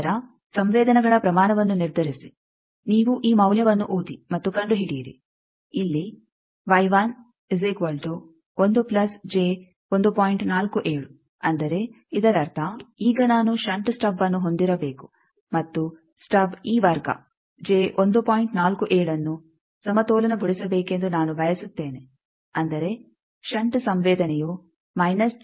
ನಂತರ ಸಂವೇದನೆಗಳ ಪ್ರಮಾಣವನ್ನು ನಿರ್ಧರಿಸಿ ನೀವು ಈ ಮೌಲ್ಯವನ್ನು ಓದಿ ಮತ್ತು ಕಂಡುಹಿಡಿಯಿರಿ ಇಲ್ಲಿ ಅಂದರೆ ಇದರರ್ಥ ಈಗ ನಾನು ಷಂಟ್ ಸ್ಟಬ್ಅನ್ನು ಹೊಂದಿರಬೇಕು ಮತ್ತು ಸ್ಟಬ್ ಈ ವರ್ಗ ಅನ್ನು ಸಮತೋಲನಗೊಳಿಸಬೇಕೆಂದು ನಾನು ಬಯಸುತ್ತೇನೆ ಅಂದರೆ ಷಂಟ್ ಸಂವೇದನೆಯು ಇರುತ್ತದೆ